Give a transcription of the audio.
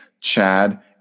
Chad